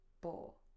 Ball